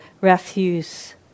refuse